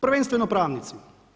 Prvenstveno pravnici.